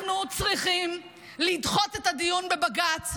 אנחנו צריכים לדחות את הדיון בבג"ץ,